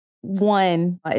one